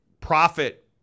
profit